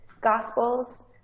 gospels